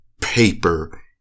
paper